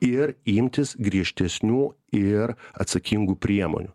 ir imtis griežtesnių ir atsakingų priemonių